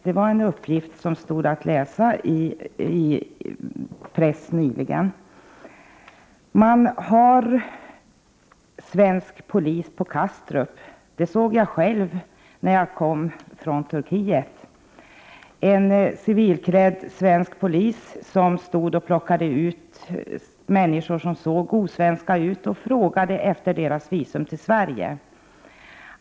Den uppgiften stod nyligen att läsa i pressen. Man har svensk polis på Kastrup. Det såg jag själv när jag kom från Turkiet. Det var en civilklädd svensk polis som plockade ut människor som såg osvenska ut och frågade efter deras visum för Sverige.